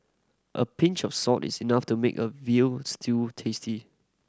a pinch of salt is enough to make a veal stew tasty